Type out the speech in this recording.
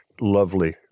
lovely